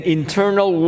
internal